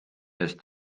eest